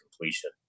completion